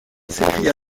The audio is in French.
s’écria